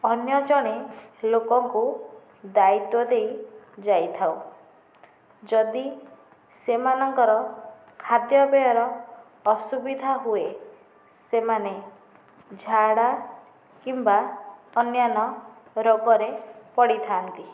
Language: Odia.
ଅନ୍ୟ ଜଣେ ଲୋକଙ୍କୁ ଦାୟିତ୍ଵ ଦେଇ ଯାଇଥାଉ ଯଦି ସେମାନଙ୍କର ଖାଦ୍ୟପେୟର ଅସୁବିଧା ହୁଏ ସେମାନେ ଝାଡ଼ା କିମ୍ବା ଅନ୍ୟାନ ରୋଗରେ ପଡ଼ିଥାଆନ୍ତି